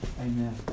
Amen